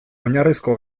oinarrizko